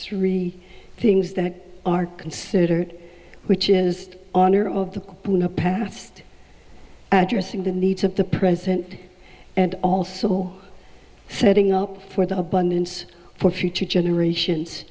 three things that are considered which is honor of the past and you're seeing the needs of the present and also setting up for the abundance for future generations